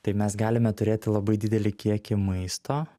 tai mes galime turėti labai didelį kiekį maisto